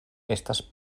estas